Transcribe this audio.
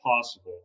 possible